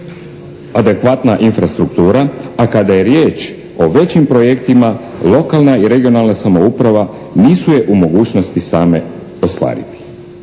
adekvatna infrastruktura, a kada je riječ o većim projektima lokalna i regionalna samouprava nisu je u mogućnosti same ostvariti.